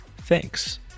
Thanks